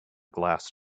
glass